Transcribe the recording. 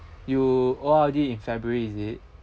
you O_R_D in february is it